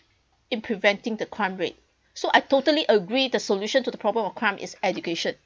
in preventing the crime rate so I totally agree the solution to the problem of crime is education